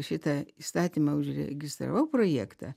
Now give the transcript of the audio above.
šitą įstatymą užregistravau projektą